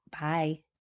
Bye